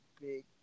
big